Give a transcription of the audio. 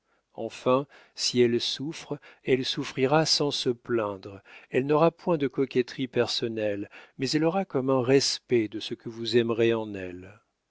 enfin si elle souffre elle souffrira sans se plaindre elle n'aura point de coquetterie personnelle mais elle aura comme un respect de ce que vous aimerez en elle